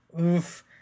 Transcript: Oof